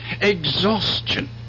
Exhaustion